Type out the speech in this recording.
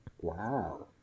Wow